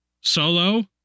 Solo